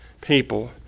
people